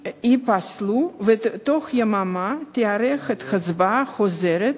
ייפסלו, ובתוך יממה תיערך בה הצבעה חוזרת,